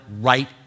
right